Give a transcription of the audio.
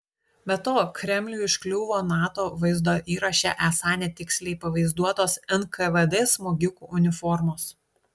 be to kremliui užkliuvo nato vaizdo įraše esą netiksliai pavaizduotos nkvd smogikų uniformos